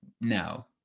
no